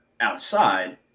outside